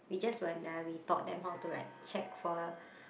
we just went there we taught them how to like check for